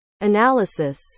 analysis